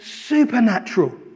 supernatural